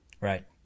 Right